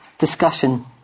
Discussion